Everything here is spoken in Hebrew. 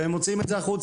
והם מוציאים את זה החוצה.